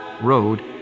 road